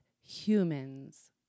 humans